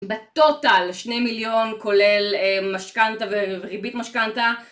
בטוטל שני מיליון כולל משכנתה וריבית משכנתה